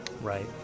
Right